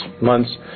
months